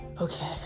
Okay